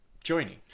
joining